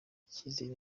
icyizere